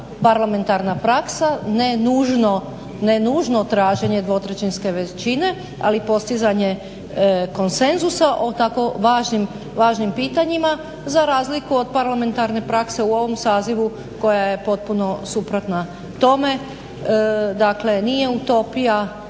parlamentarna praksa ne nužno traženje dvotrećinske većina ali postizanje konsenzusa o tako važnim pitanjima za razliku od parlamentarne prakse u ovom sazivu koja je potpuno suprotna tome. Dakle nije utopija